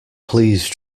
please